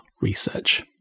Research